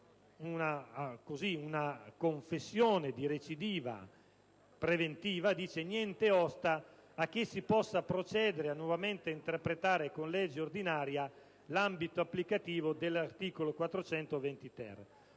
una confessione di recidiva preventiva dice che nulla osta a che si possa procedere a nuovamente interpretare con legge ordinaria l'ambito applicativo dell'articolo